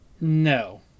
No